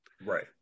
Right